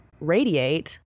radiate